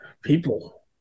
people